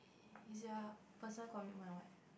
is their person commitment what